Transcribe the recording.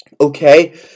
Okay